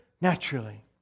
naturally